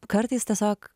kartais tiesiog